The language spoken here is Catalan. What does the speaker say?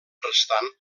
restant